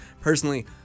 Personally